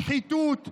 שחיתות ושחיתות.